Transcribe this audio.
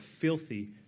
filthy